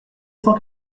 cent